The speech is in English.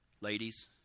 Ladies